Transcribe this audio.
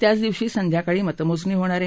त्याच दिवशी संध्याकाळी मतमोजणी होणार आहे